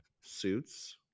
suits